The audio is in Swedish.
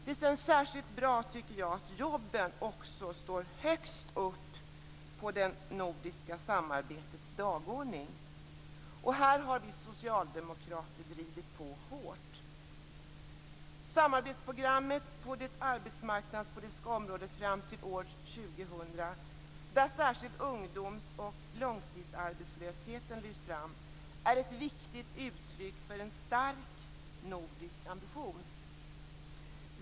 Det känns särskilt bra att jobben också står högt upp också på det nordiska samarbetets dagordning. Här har vi socialdemokrater drivit på hårt. Samarbetsprogrammet på det arbetsmarknadspolitiska området fram till år 2000, där särskilt ungdomsoch långtidsarbetslösheten lyfts fram, är ett viktigt uttryck för en stark nordisk ambition.